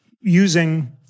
using